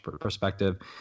perspective